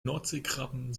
nordseekrabben